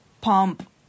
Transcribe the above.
pump